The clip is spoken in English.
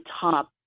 top